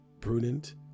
prudent